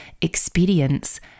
experience